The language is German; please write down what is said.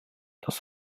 dass